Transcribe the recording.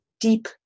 deep